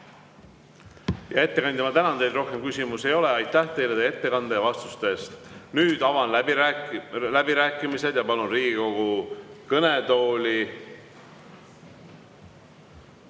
Hea ettekandja, ma tänan teid. Rohkem küsimusi ei ole. Aitäh teile teie ettekande ja vastuste eest! Nüüd avan läbirääkimised ja palun Riigikogu kõnetooli